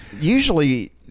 Usually